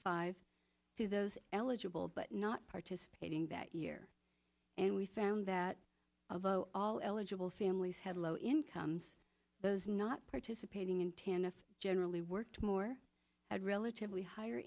five to those eligible but not participating that year and we found that although all eligible families had low incomes those not participating in tennis generally worked more had relatively higher